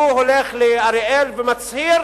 הוא הולך לאריאל ומצהיר